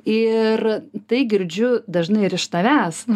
ir tai girdžiu dažnai ir iš tavęs